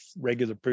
regular